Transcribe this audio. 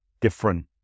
different